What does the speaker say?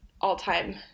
all-time